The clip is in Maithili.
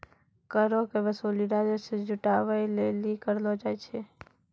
करो के वसूली राजस्व जुटाबै लेली करलो जाय छै